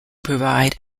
provide